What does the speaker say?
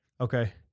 Okay